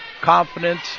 confidence